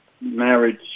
marriage